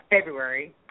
February